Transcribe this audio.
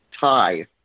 tie